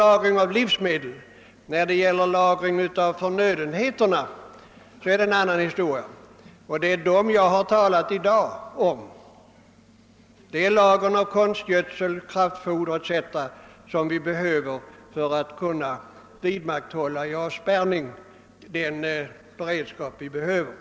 Lagringen av förnödenheter för jordbruksproduktionen är en annan historia, och det är den saken jag har talat om i dag. Det gäller de lager av konstgödsel, kraftfoder etc. som vi behöver för att vid en avspärrning upprätthålla erforderlig beredskap.